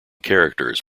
characters